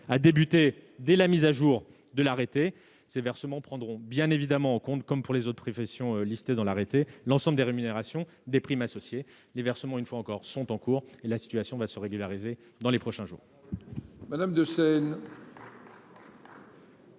a débuté dès la mise à jour de l'arrêter ces versements prendront bien évidemment en compte, comme pour les autres professions listées dans l'arrêté l'ensemble des rémunérations des primes associées les versements une fois encore, sont en cours et la situation va se régulariser dans les prochains jours.